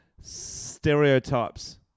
Stereotypes